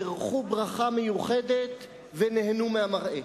בירכו ברכה מיוחדת ונהנו מהמראה.